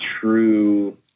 true